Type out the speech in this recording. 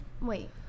Wait